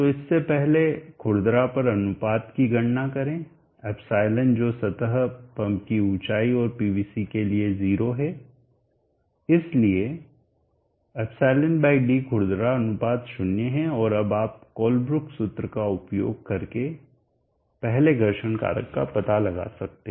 तो इससे पहले खुरदरापन अनुपात की गणना करें ε जो सतह पंप की ऊंचाई और PVC के लिए यह 0 है इसलिए ε d खुरदरापन अनुपात 0 है और अब आप कोलब्रुक सूत्र का उपयोग करके पहले घर्षण कारक का पता लगा सकते हैं